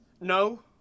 No